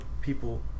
people